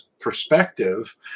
perspective